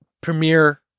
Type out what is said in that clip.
Premier